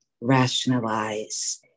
rationalize